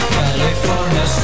California